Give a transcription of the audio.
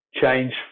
change